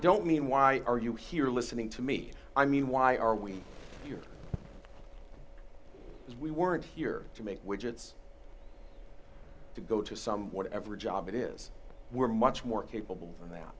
don't mean why are you here listening to me i mean why are we here if we weren't here to make widgets to go to some whatever job it is we're much more capable than that